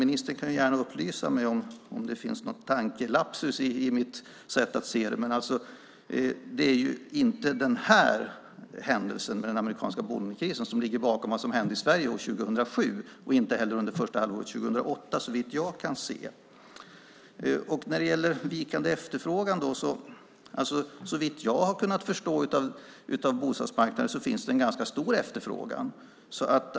Ministern kan gärna upplysa mig om det finns någon tankelapsus i mitt sätt att se det. Men det är ju inte den amerikanska bolånekrisen som ligger bakom vad som hände i Sverige år 2007 och inte heller under första halvåret 2008, såvitt jag kan se. När det gäller vikande efterfrågan finns det, såvitt jag förstår, en ganska stor efterfrågan på bostadsmarknaden.